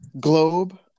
globe